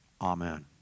Amen